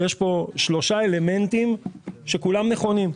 ויש פה שלושה אלמנטים שכולם נכונים.